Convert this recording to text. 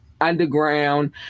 underground